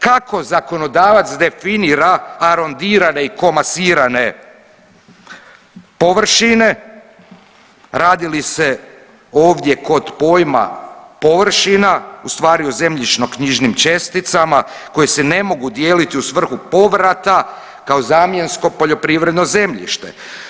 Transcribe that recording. Kako zakonodavac definira arondirane i komasirane površine, radi li se ovdje kod pojma površina u stvari zemljišnoknjižnim česticama koje se ne mogu dijeliti u svrhu povrata kao zemjensko poljoprivredno zemljište.